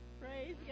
Praise